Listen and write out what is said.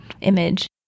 image